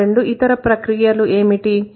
ఆ రెండు ఇతర ప్రక్రియలు ఏమిటి